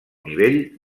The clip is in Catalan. nivell